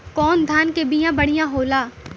कौन धान के बिया बढ़ियां होला?